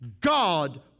God